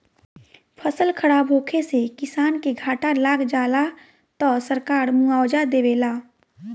फसल खराब होखे से किसान के घाटा लाग जाला त सरकार मुआबजा देवेला